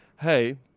hey